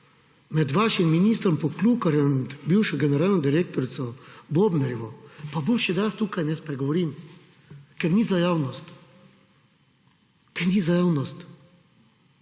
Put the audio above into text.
med vašim ministrom Poklukarjem in bivšo generalno direktorico Bobnarjevo, pa boljše da jaz tukaj ne spregovorim, ker ni za javnost. Ker ni za javnost.